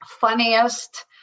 funniest